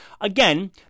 Again